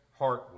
Heartwood